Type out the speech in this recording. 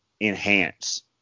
enhance